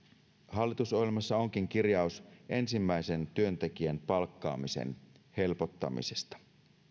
hallitusohjelmassa onkin kirjaus ensimmäisen työntekijän palkkaamisen helpottamisesta